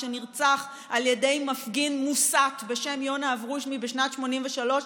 שנרצח על ידי מפגין מוסת בשם יונה אברושמי בשנת 1983,